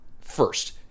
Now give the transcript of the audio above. first